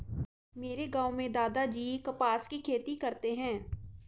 मेरे गांव में दादाजी कपास की खेती करते हैं